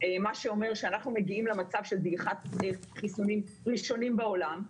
מה שאומר שאנחנו מגיעים למצב של חיסונים ראשונים בעולם,